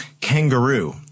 Kangaroo